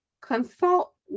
consult